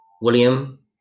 William